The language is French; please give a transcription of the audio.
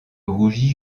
rougit